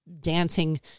dancing